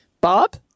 Bob